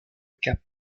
cap